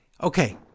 Okay